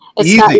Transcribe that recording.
easy